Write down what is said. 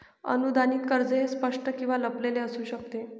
अनुदानित कर्ज हे स्पष्ट किंवा लपलेले असू शकते